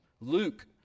Luke